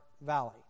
valley